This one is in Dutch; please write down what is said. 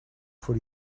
voor